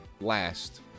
last